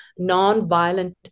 nonviolent